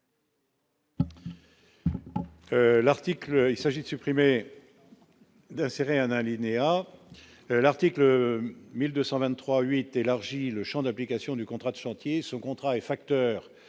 il s'agit de supprimer d'insérer un alinéa de l'article 1223 8 élargit le Champ d'application du contrat de chantier son contrat et facteur